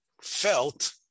felt